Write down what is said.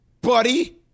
buddy